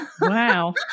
Wow